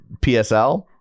PSL